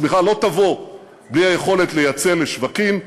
צמיחה לא תבוא בלי היכולת לייצא לשווקים,